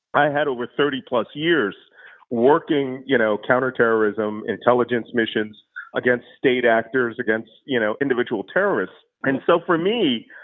i had over thirty plus years working you know counterterrorism intelligence missions against state actors, against you know individual terrorists. and so for me,